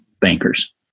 Bankers